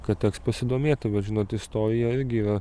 kad teks pasidomėti bet žinot istorija irgi yra